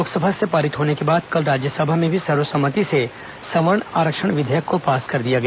लोकसभा से पारित होने के बाद कल राज्यसभा में भी सर्व सम्मति से सवर्ण आरक्षण विधेयक को पास कर दिया गया